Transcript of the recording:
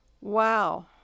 Wow